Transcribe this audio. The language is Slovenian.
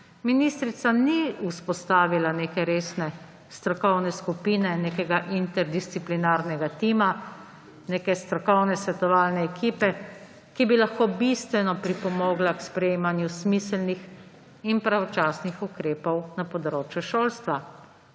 Ministrica ni vzpostavila neke resne strokovne skupine nekega interdisciplinarnega tima, neke strokovne svetovalne ekipe, ki bi lahko bistveno pripomogla k sprejemanju smiselnih in pravočasnih ukrepov na področju šolstva.